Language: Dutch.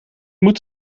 moet